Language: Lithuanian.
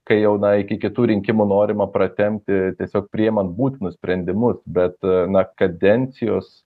kai jau na iki kitų rinkimų norima pratempti tiesiog priimant būtinus sprendimus bet na kadencijos